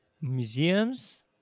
museums